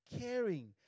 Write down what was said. caring